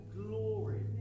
glory